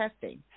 testing